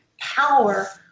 power